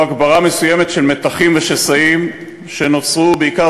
והוא הגברה מסוימת של מתחים ושסעים שנוצרו בעיקר